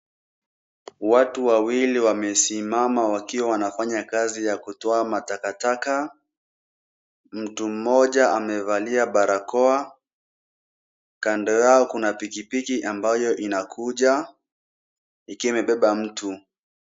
Watu wawili wamesimama wakiwa wanafanya kazi ya kutoa matakataka. Mtu mmoja amevalia barakoa. Kando yao kuna pikipiki ambayo inakuja ikiwa imebeba mtu.